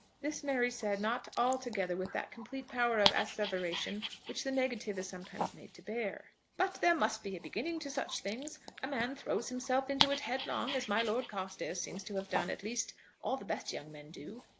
this mary said not altogether with that complete power of asseveration which the negative is sometimes made to bear. but there must be a beginning to such things. a man throws himself into it headlong as my lord carstairs seems to have done. at least all the best young men do.